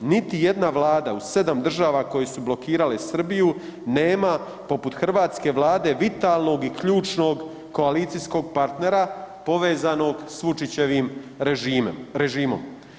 Niti jedna vlada u 7 država koje su blokirale Srbiju nema poput hrvatske Vlade vitalnog i ključnog koalicijskog partnera povezanog s Vučićevim režimom.